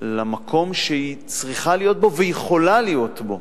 למקום שהיא צריכה להיות בו ויכולה להיות בו,